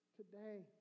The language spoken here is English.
today